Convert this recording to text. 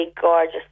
gorgeous